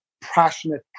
passionate